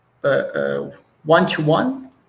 one-to-one